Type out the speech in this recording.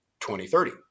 2030